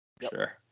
Sure